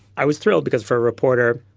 i was thrilled because for a reporter,